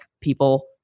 people